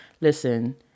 Listen